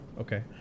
Okay